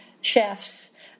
chefs